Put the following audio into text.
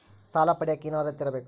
ಸಾಲ ಪಡಿಯಕ ಏನು ಅರ್ಹತೆ ಇರಬೇಕು?